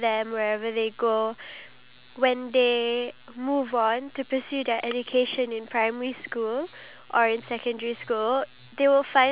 technology that they're using they feel comfortable talking on and interacting with the technology itself like for example commenting